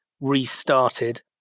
restarted